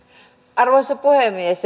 arvoisa puhemies